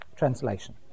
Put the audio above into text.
translation